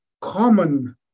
common